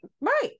Right